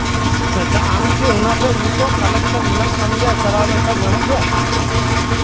ᱟᱪᱪᱷᱟ ᱟᱢ ᱠᱤ ᱚᱱᱟᱴᱟᱜ ᱱᱤᱛᱳᱜ ᱠᱟᱞᱮᱠᱥᱚᱱ ᱢᱮᱱᱟᱜ ᱛᱟᱢ ᱜᱮᱭᱟ ᱪᱟᱞᱟᱣ ᱞᱮᱱᱠᱷᱟᱱ ᱧᱟᱢᱚᱜ ᱜᱮᱭᱟ